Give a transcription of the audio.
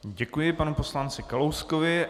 Děkuji panu poslanci Kalouskovi.